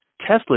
Tesla